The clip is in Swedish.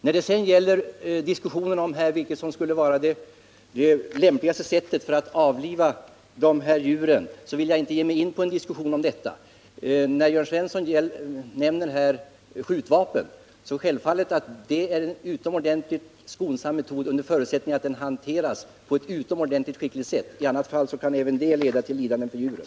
När det sedan gäller frågan om vilket sätt som skulle anses vara det lämpligaste för att avliva dessa djur, vill jag säga att jag inte tänker gå in i en diskussion om detta. Jag vill bara i anslutning till vad Jörn Svensson nämnde i fråga om skjutvapen tillägga att användningen av sådana självfallet är en skonsam metod under förutsättning att vapnen hanteras på ett utomordentligt skickligt sätt. I annat fall kan även den metoden leda till lidanden för djuren.